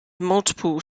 multiple